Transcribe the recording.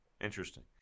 Interesting